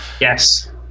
Yes